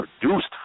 produced